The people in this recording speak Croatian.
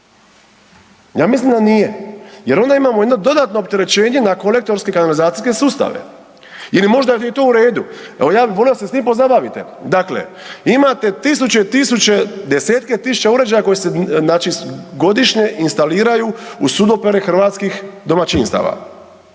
Ja mislim da nije, jer onda imamo jedno dodatno opterećenje na kolektorske kanalizacijske sustave. Ili možda je to u redu? Evo, ja bi volio da se s tim pozabavite. Dakle, imate tisuće i tisuće, desetke tisuća uređaja koji se godišnje instaliraju u sudopere hrvatskih domaćinstava.